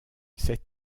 cet